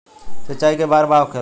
सिंचाई के बार होखेला?